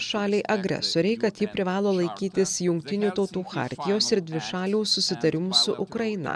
šalei agresorei kad ji privalo laikytis jungtinių tautų chartijos ir dvišalių susitarimų su ukraina